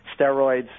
steroids